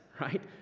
right